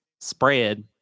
spread